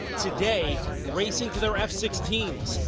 today, racing to their f sixteen s.